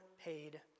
paid